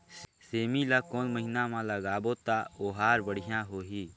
सेमी ला कोन महीना मा लगाबो ता ओहार बढ़िया होही?